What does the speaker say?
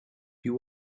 you